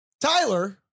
Tyler